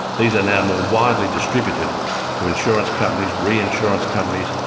these are now more widely distributed to insurance companies, re-insurance companies,